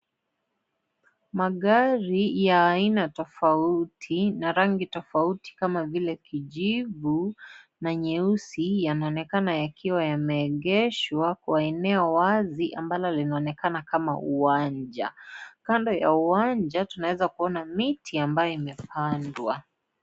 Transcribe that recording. Magari ya aina tofauti na rangi tofauti kama vile kijivu na nyeusi yanaonekana yakiwa yameegeshwa kwa eneo wazi ambalo linaonekana kama uwanja. Kando ya uwanja, tunaeza kuona miti ambayo imepandwa.